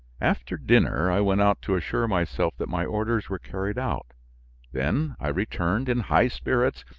after dinner, i went out to assure myself that my orders were carried out then i returned in high spirits,